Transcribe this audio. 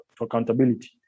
accountability